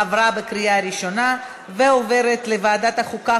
עברה בקריאה ראשונה ועוברת לוועדת החוקה,